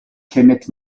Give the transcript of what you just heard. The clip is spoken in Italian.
kenneth